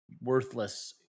worthless